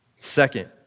Second